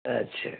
अच्छा